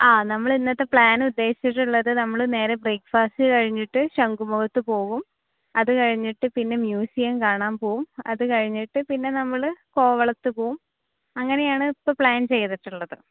ആ നമ്മൾ ഇന്നത്തെ പ്ലാൻ ഉദ്ദേശിച്ചിട്ടുള്ളത് നമ്മൾ നേരെ ബ്രേക്ക്ഫാസ്റ്റ് കഴിഞ്ഞിട്ട് ശംഖുമുഖത്ത് പോവും അത് കഴിഞ്ഞിട്ട് പിന്നെ മ്യൂസിയം കാണാൻ പോവും അത് കഴിഞ്ഞിട്ട് പിന്നെ നമ്മൾ കോവളത്ത് പോവും അങ്ങനെയാണ് ഇപ്പോൾ പ്ലാൻ ചെയ്തിട്ടുള്ളത്